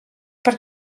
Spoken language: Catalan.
per